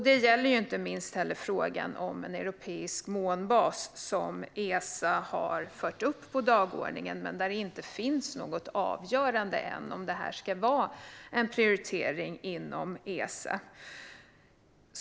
Det gäller inte minst frågan om en europeisk månbas, som Esa har fört upp på dagordningen men där det ännu inte finns något avgörande om huruvida detta ska vara en prioritering inom Esa.